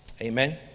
Amen